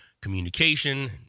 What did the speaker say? communication